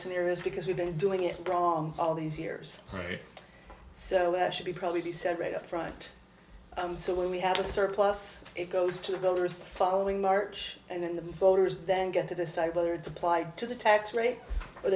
serious because we've been doing it wrong all these years so there should be probably be said right up front so we have a surplus it goes to the builders following march and then the voters then get to decide whether to apply to the tax rate